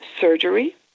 surgery